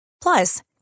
plus